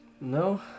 No